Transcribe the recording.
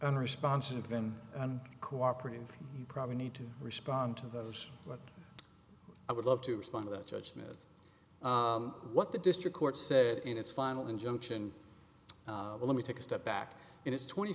unresponsive in cooperating you probably need to respond to those but i would love to respond to that judgment with what the district court said in its final injunction let me take a step back and it's twenty